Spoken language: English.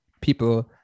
people